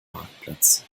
marktplatz